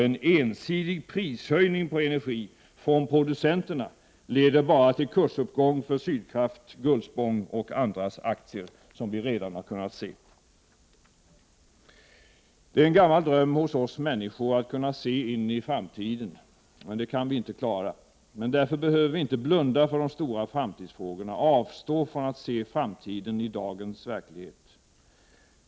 En ensidig prishöjning på energi från producenterna leder bara till kursuppgång för Sydkrafts, Gullspångs och andras aktier, som vi redan har kunnat se. Det är en gammal dröm hos oss människor att kunna se in i framtiden. Det kan vi inte klara, men därför behöver vi inte blunda för de stora framtidsfrågorna, avstå från att se framtiden i dagens verklighet.